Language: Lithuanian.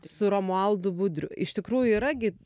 su romualdu budriu iš tikrųjų yra gi